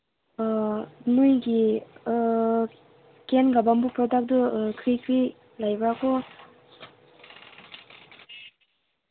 ꯅꯣꯏꯒꯤ ꯀꯦꯟꯒ ꯕꯝꯕꯨ ꯄ꯭ꯔꯗꯛꯇꯨ ꯀꯔꯤ ꯀꯔꯤ ꯂꯩꯕ꯭ꯔꯥꯀꯣ